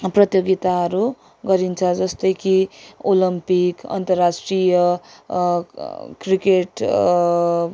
प्रतियोगिताहरू गरिन्छ जस्तै कि ओलम्पिक अन्तर्राष्ट्रिय क्रिकेट